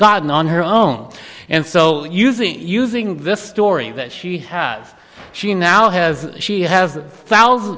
gotten on her own and so using using this story that she have she now has she has thousands